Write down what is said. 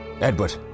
Edward